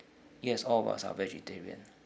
yes all of us are vegetarian